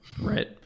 Right